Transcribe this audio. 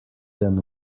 than